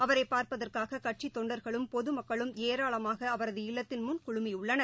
அவரைபாா்ப்பதற்காககட்சித் தொண்டர்களும் பொதுமக்களும் ஏராளமாகஅவரது இல்லத்தின் முன் குழுமியுள்ளனர்